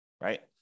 right